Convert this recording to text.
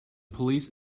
police